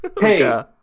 Hey